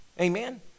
Amen